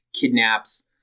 kidnaps